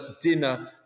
dinner